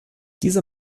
diese